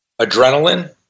adrenaline